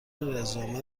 رزومه